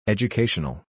Educational